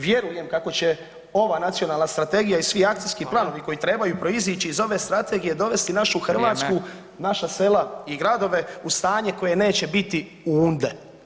Vjerujem kako će ova Nacionalna strategija i svi akcijski planovi koji trebaju proizići iz ove strategije dovesti našu Hrvatsku, naša sela i gradove [[Upadica Radin: Vrijeme.]] u stanje koje neće biti „unde“